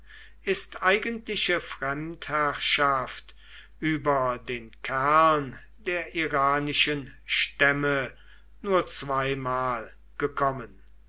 ist eigentliche fremdherrschaft über den kern der iranischen stämme nur zweimal gekommen